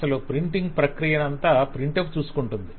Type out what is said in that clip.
అసలు ప్రింటింగ్ ప్రక్రియనంతా 'print F' చూసుకుంటుంది